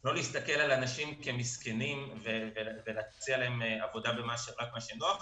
לא להסתכל על נשים כמסכנות ולהציע להן עבודה במה שנוח,